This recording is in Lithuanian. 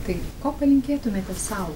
tai ko palinkėtumėte sau